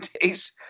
days